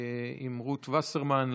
עם רות וסרמן,